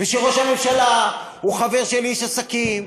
ושראש הממשלה הוא חבר של איש עסקים,